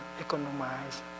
economize